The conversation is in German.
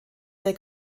der